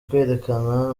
kwereka